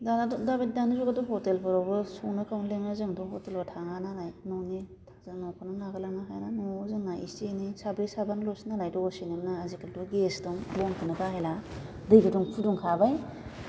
दानाथ' दाबादि दानि जुगावथ' ह'टेलफोरावबो संनो खावनो लेङो जोंथ' ह'टेलाव थाङा नालाय न'नि जों न'खौनो नागारलांनो हाया न'आव जोंना एसे एनै साब्रै साबानिल'सो नालाय दसेनो मोनो आजिखालि गेस दं बनखौनो बाहायला दै गुदुं फुदुंखाबाय